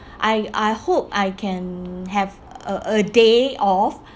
I I hope I can have a a day off